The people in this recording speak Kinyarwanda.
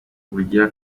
ubugira